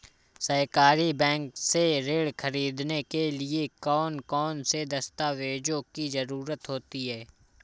सहकारी बैंक से ऋण ख़रीदने के लिए कौन कौन से दस्तावेजों की ज़रुरत होती है?